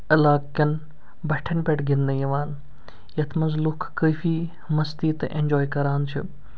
علاقہٕ کٮ۪ن بَٹھٮ۪ن پٮ۪ٹھ گِنٛدنہٕ یِوان یَتھ منٛز لُکھ کٲفی مٔستی تہٕ اٮ۪نجاے کران چھِ